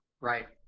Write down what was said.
right